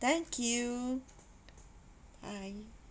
thank you bye